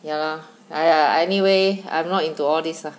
ya lor !aiya! anyway I'm not into all this ah